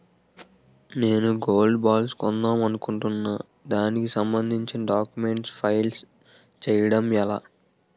నేను gold bonds కొందాం అనుకుంటున్నా దానికి సంబందించిన డాక్యుమెంట్స్ ఫిల్ చేయడం ఎలా?